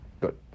Good